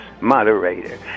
Moderator